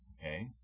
Okay